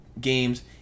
games